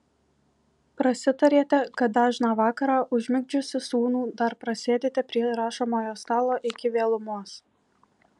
prasitarėte kad dažną vakarą užmigdžiusi sūnų dar prasėdite prie rašomojo stalo iki vėlumos